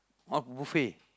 uh buffet